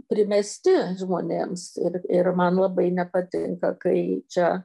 primesti žmonėms ir ir man labai nepatinka kai čia